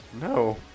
No